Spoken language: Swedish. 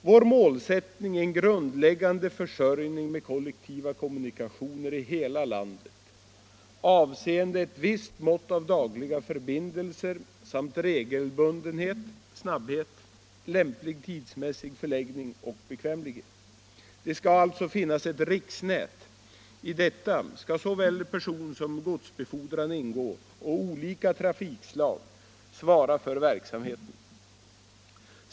Vår målsättning är en grundläggande försörjning med kollektiva kommunikationer i hela landet avseende ett visst mått av dagliga förbindelser samt regelbundenhet, snabbhet, lämplig tidsmässig förläggning och bekvämlighet. Det skall alltså finnas ett riksnät. I detta skall såväl personsom godsbefordran ingå och olika trafikslag svara för verksamheten.